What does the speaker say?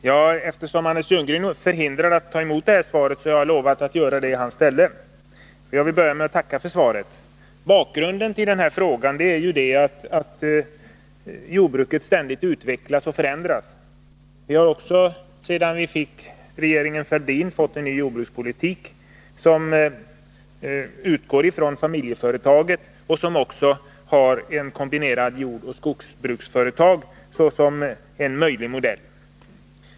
Herr talman! Eftersom Anders Ljunggren är förhindrad att ta emot svaret, har jag lovat att göra det i hans ställe. Jag vill börja med att tacka för svaret. Bakgrunden till denna fråga är att jordbruket ständigt utvecklas och förändras. Vi har också, sedan regeringen Fälldin tillträdde, fått en ny jordbrukspolitik, som utgår från familjeföretaget och som har ett kombinerat jordoch skogsbruksföretag såsom en möjlig modell.